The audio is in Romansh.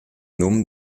num